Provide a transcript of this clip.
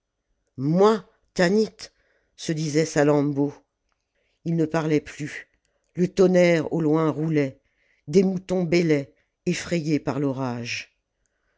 moi tanit se disait salammbô ils ne parlaient plus le tonnerre au loin roulait des moutons bêlaient effrayés par l'orage